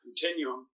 continuum